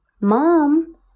Mom